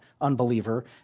unbeliever